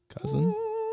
cousin